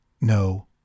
no